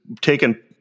taken